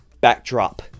backdrop